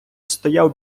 стояв